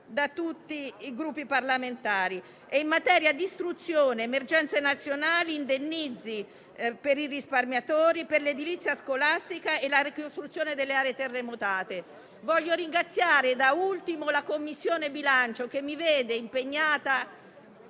da tutti i Gruppi parlamentari - e, in materia di istruzione e emergenze nazionali, indennizzi per i risparmiatori, per l'edilizia scolastica e la ricostruzione delle aree terremotate. Voglio ringraziare, infine, la Commissione bilancio, che mi vede impegnata